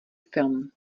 film